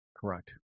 Correct